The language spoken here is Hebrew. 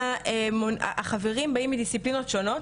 החברים באים מדיסציפלינות שונות,